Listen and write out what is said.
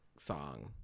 song